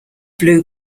blue